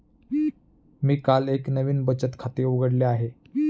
मी काल एक नवीन बचत खाते उघडले आहे